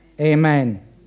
Amen